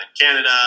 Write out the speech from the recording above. Canada